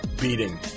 beating